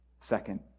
Second